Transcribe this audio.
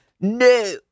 No